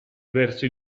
verso